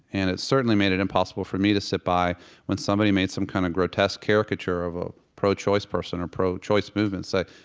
and it certainly made it impossible for me to sit by when somebody made some kind of grotesque caricature of a pro-choice person or a pro-choice movement say,